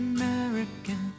American